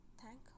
thank